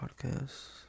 podcast